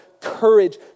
courage